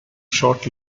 short